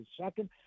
second